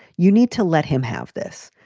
you need to let him have this.